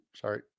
Sorry